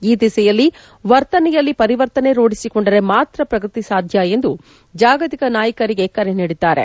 ಈ ದಿಸೆಯಲ್ಲಿ ವರ್ತನೆಯಲ್ಲಿ ಪರಿವರ್ತನೆ ರೂಢಿಸಿಕೊಂಡರೆ ಮಾತ್ರ ಪ್ರಗತಿ ಸಾಧ್ಯ ಎಂದು ಜಾಗತಿಕ ನಾಯಕರಿಗೆ ಕರೆ ನೀಡಿದ್ದಾರೆ